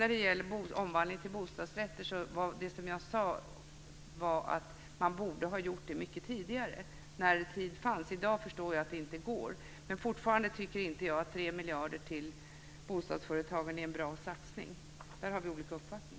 När det gäller omvandlingen till bostadsrätter sade jag att man borde ha gjort det mycket tidigare när det fanns tid. I dag förstår jag att det inte går. Men jag tycker fortfarande inte att 3 miljarder till bostadsföretagen är en bra satsning. Där har vi olika uppfattning.